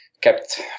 kept